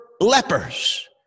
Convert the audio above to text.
Lepers